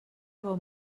bon